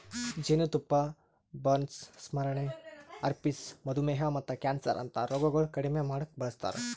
ಜೇನತುಪ್ಪ ಬರ್ನ್ಸ್, ಸ್ಮರಣೆ, ಹರ್ಪಿಸ್, ಮಧುಮೇಹ ಮತ್ತ ಕ್ಯಾನ್ಸರ್ ಅಂತಾ ರೋಗಗೊಳ್ ಕಡಿಮಿ ಮಾಡುಕ್ ಬಳಸ್ತಾರ್